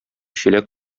чиләк